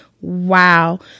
Wow